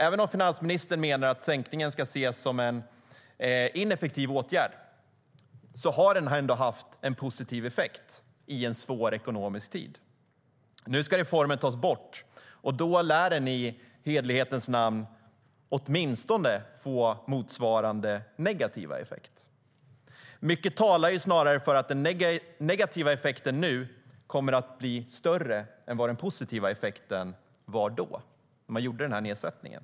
Även om finansministern menar att sänkningen ska ses som en ineffektiv åtgärd har den ändå haft en positiv effekt i en svår ekonomisk tid. Nu ska reformen tas bort. Då lär den i hederlighetens namn få åtminstone motsvarande negativa effekt. Mycket talar för att den negativa effekten nu snarare kommer att bli större än den positiva effekten var då man gjorde nedsättningen.